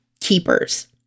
Keepers